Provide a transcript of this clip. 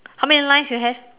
how many lines you have